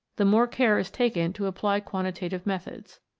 the more care is taken to apply quantitative methods.